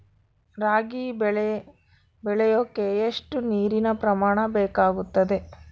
ರಾಗಿ ಬೆಳೆ ಬೆಳೆಯೋಕೆ ಎಷ್ಟು ನೇರಿನ ಪ್ರಮಾಣ ಬೇಕಾಗುತ್ತದೆ?